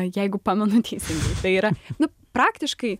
jeigu pamenu teisingai tai yra nu praktiškai